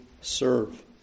serve